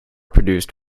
produced